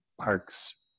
parks